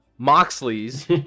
moxley's